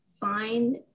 find